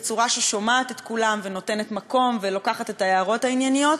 בצורה ששומעת את כולם ונותנת מקום ולוקחת את ההערות הענייניות,